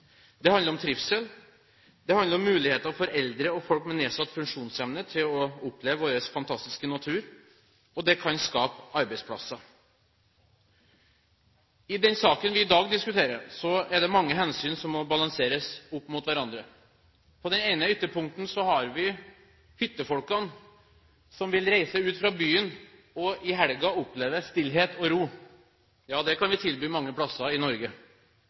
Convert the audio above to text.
Det handler om trivsel, det handler om muligheter for eldre og folk med nedsatt funksjonsevne til å oppleve vår fantastiske natur, og det kan skape arbeidsplasser. I den saken vi i dag diskuterer, er det mange hensyn som må balanseres opp mot hverandre. På det ene ytterpunktet har vi hyttefolkene som vil reise ut fra byen i helgen og oppleve stillhet og ro – ja, det kan vi tilby mange plasser i Norge.